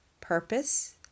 Purpose